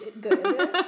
good